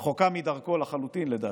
והיא רחוקה מדרכו לחלוטין, לדעתי,